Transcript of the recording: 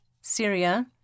Syria